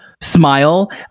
Smile